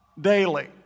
daily